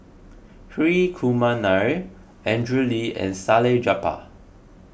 Hri Kumar Nair Andrew Lee and Salleh Japar